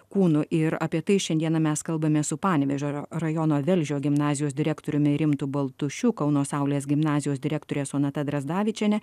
kūnu ir apie tai šiandieną mes kalbamės su panevėžio rajono velžio gimnazijos direktoriumi rimtu baltušiu kauno saulės gimnazijos direktore sonata drazdavičiene